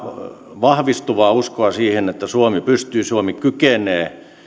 vahvistuvaa uskoa siihen että suomi kykenee